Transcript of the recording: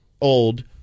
old